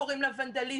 קוראים לה ונדליזם.